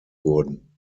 wurden